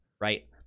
right